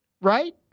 Right